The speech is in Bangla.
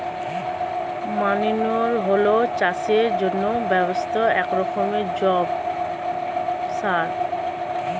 ম্যান্যুর হলো চাষের জন্য ব্যবহৃত একরকমের জৈব সার